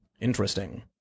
Interesting